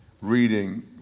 reading